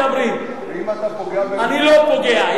אם אתה פוגע במולדת אני לא פוגע.